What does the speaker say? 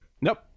Nope